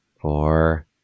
four